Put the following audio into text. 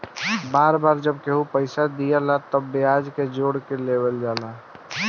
बार बार जब केहू के पइसा दियाला तब ब्याज के जोड़ के लेवल जाला